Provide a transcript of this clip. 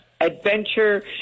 adventure